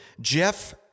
Jeff